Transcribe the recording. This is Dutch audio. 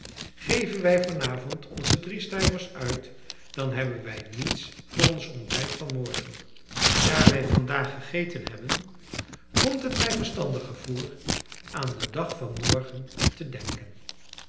geven wij vanavond onze drie stuivers uit dan hebben wij niets voor ons ontbijt van morgen daar wij vandaag gegeten hebben komt het mij verstandiger voor aan den dag van morgen te denken